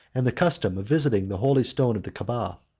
and the custom of visiting the holy stone of the caaba.